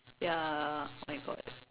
ya my god